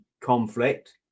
conflict